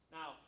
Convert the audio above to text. Now